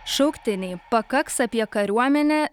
šauktiniai pakaks apie kariuomenę